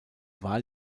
wahl